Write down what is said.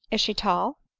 she tall?